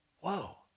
Whoa